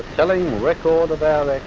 telling record of our like